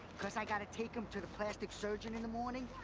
cause i gotta take him to the plastic surgeon in the morning.